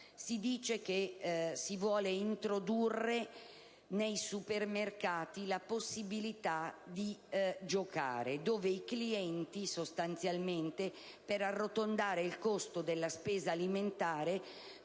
Si legge che si vuole introdurre nei supermercati la possibilità di giocare: i clienti, sostanzialmente, per arrotondare il costo della spesa alimentare,